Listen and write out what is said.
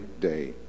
day